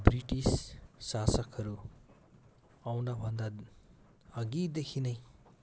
British शासकहरू आउनु भन्दा अघिदेखि नै